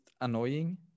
annoying